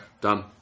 Done